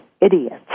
idiots